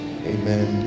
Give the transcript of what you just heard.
Amen